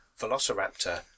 velociraptor